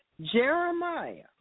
Jeremiah